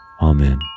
Amen